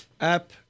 app